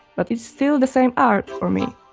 but it's still the same art for me.